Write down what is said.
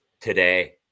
today